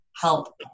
help